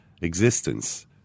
existence